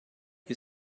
you